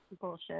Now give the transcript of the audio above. Bullshit